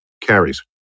carries